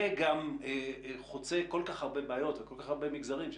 והוא גם חוצה כל כך הרבה בעיות וכל כך הרבה מגזרים.